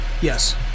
Yes